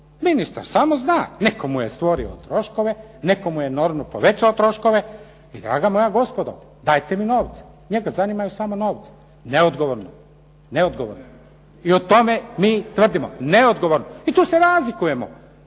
ministar samo zna netko mu je stvorio troškove, netko mu je enormno povećao troškove i draga moja gospodo dajte mi novce. Njega zanimaju samo novci, neodgovorno, neodgovorno. I u tome mi tvrdimo neodgovorno i tu se razlikujemo.